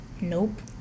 Nope